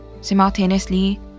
Simultaneously